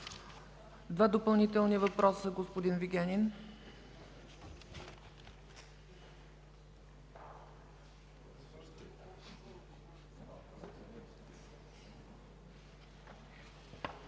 Два допълнителни въпроса – господин Вигенин.